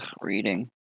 reading